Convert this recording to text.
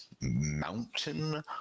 mountain